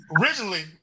Originally